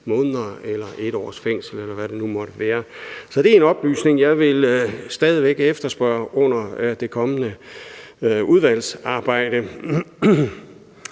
måneder eller 1 år, eller hvad det nu måtte være. Så det er en oplysning, jeg stadig væk vil efterspørge under det kommende udvalgsarbejde.